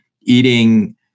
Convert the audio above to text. eating